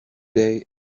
day